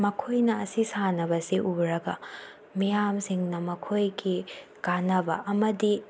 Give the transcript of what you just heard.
ꯃꯈꯣꯏꯅ ꯑꯁꯤ ꯁꯥꯟꯅꯕꯁꯤ ꯎꯔꯒ ꯃꯤꯌꯥꯝꯁꯤꯡꯅ ꯃꯈꯣꯏꯒꯤ ꯀꯥꯟꯅꯕ ꯑꯃꯗꯤ